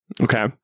Okay